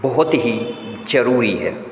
बहुत ही ज़रूरी है